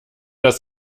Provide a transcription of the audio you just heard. das